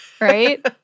right